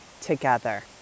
together